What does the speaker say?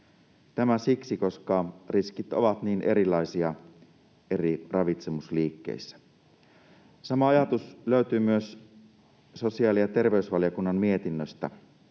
Tämä siksi, koska riskit ovat niin erilaisia eri ravitsemusliikkeissä. Sama ajatus löytyy myös sosiaali- ja terveysvaliokunnan mietinnöstä.